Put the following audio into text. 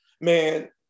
Man